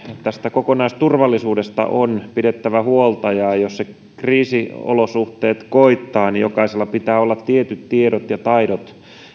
kokonaisturvallisuudesta on pidettävä huolta ja jos kriisiolosuhteet koittavat niin jokaisella pitää olla tietyt tiedot ja taidot